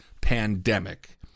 pandemic